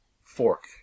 fork